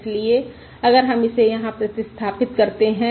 इसलिए अगर हम इसे यहाँ प्रतिस्थापित करते हैं